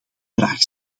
vraag